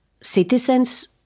citizens